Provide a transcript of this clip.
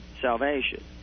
salvation